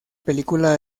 película